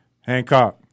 Hancock